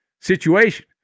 situation